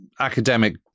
academic